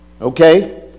Okay